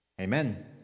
Amen